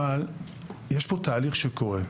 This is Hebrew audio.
אבל יש פה תהליך שקורה,